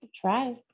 Try